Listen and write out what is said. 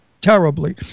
terribly